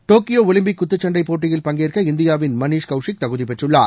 Tokyo Olympic குத்துச்சண்டை போட்டியில் பங்கேற்க இந்தியாவின் மணீஷ் கௌஷிக் தகுதி பெற்றுள்ளார்